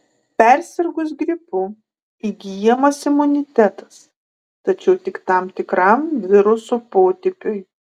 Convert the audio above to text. persirgus gripu įgyjamas imunitetas tačiau tik tam tikram viruso potipiui